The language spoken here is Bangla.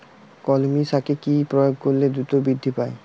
কলমি শাকে কি প্রয়োগ করলে দ্রুত বৃদ্ধি পায়?